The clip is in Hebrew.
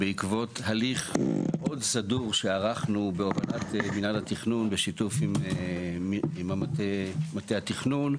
בעקבות הליך מאוד סדור שערכנו בהובלת מנהל התכנון בשיתוף עם מטה התכנון,